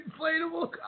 inflatable